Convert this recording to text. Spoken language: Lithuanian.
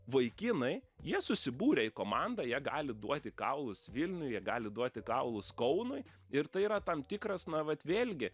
vaikinai jie susibūrę į komandą jie gali duot į kaulus vilniui jie gali duot į kaulus kaunui ir tai yra tam tikras na vat vėlgi